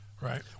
right